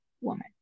woman